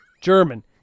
German